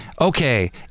Okay